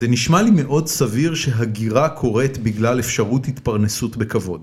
זה נשמע לי מאוד סביר שהגירה קורית בגלל אפשרות התפרנסות בכבוד